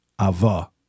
ava